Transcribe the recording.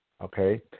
okay